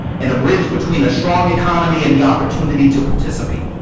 and a bridge between a strong economy and the opportunity to participate.